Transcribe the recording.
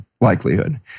likelihood